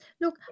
Look